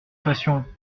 fassions